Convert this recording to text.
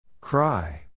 Cry